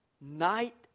Night